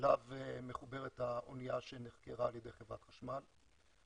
ואליו מחוברת האנייה שנחכרה על ידי חברת חשמל.